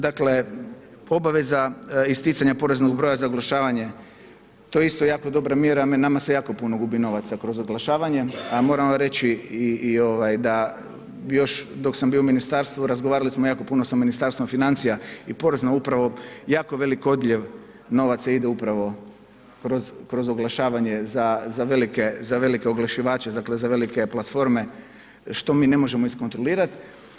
Dakle obaveza isticanje poreznog broja za oglašavanje to je isto jako dobra mjera, nama se jako puno gubi novaca kroz oglašavanje, a moram vam reći da još dok sam bio u Ministarstvu razgovarali smo jako puno sa Ministarstvom financija i poreznom upravo, jako veliki odlijeva novaca ide upravo kroz oglašavanje, za velike oglašivače, za velike platforme, što mi ne možemo iskontrolirati.